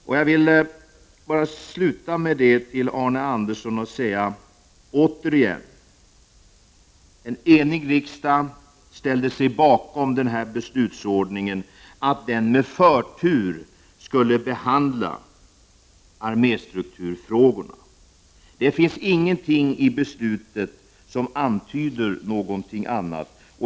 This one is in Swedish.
Låt mig på nytt säga till Arne Andersson att en enig riksdag ställde sig bakom arbetsordningen att strukturfrågorna skulle behandlas med förtur. Ingenting i beslutet tyder på något annat.